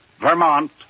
Vermont